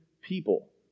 people